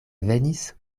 venis